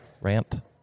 Ramp